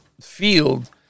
field